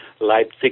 Leipzig